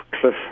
cliff